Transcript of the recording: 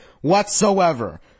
whatsoever